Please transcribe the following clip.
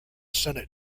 senate